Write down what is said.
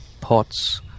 pots